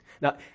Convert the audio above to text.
Now